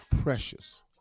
precious